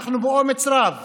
אנחנו באומץ רב